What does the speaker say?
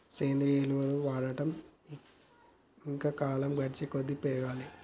సేంద్రియ ఎరువుల వాడకం ఇంకా కాలం గడిచేకొద్దీ పెరగాలే